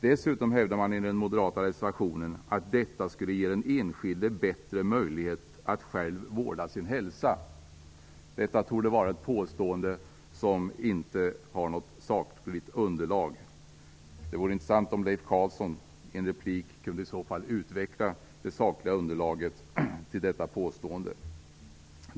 Dessutom hävdar man i den moderata reservationen att detta skulle ge den enskilde bättre möjlighet att själv vårda sin hälsa. Det torde vara ett påstående som inte har något sakligt underlag. Det vore intressant om Leif Carlson i en replik kunde utveckla det sakliga underlaget till detta påstående.